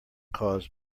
cause